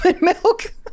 milk